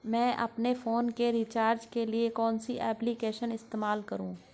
मैं अपने फोन के रिचार्ज के लिए कौन सी एप्लिकेशन इस्तेमाल करूँ?